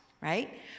right